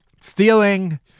stealing